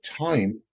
time